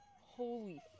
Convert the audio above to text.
Holy